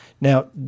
now